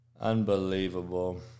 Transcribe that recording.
unbelievable